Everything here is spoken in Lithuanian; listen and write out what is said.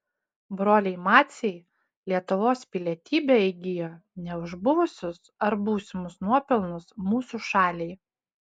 broliai maciai lietuvos pilietybę įgijo ne už buvusius ar būsimus nuopelnus mūsų šaliai